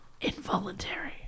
involuntary